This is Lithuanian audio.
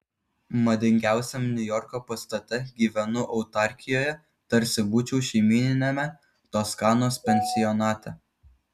madingiausiam niujorko pastate gyvenu autarkijoje tarsi būčiau šeimyniniame toskanos pensionate